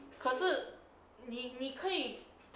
可是你你可以